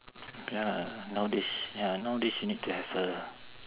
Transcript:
ya nowadays ya nowadays you need to have a